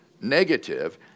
negative